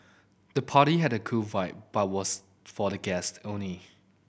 the party had a cool vibe but was for the guests only